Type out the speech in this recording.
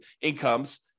incomes